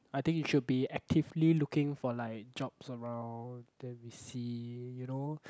I think you should be actively looking for like jobs around then you see you know